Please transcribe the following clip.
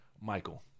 Michael